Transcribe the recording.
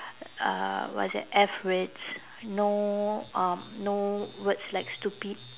uh what's that F words no um no words like stupid